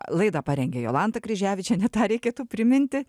laidą parengė jolanta kryževičienė tą reikėtų priminti